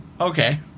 Okay